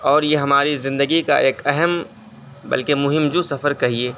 اور یہ ہماری زندگی کا ایک اہم بلکہ مہم جو سفر کہیے